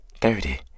thirty